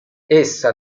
essa